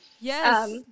Yes